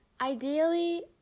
Ideally